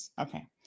Okay